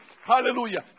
Hallelujah